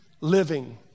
living